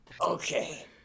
Okay